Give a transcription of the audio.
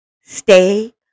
Stay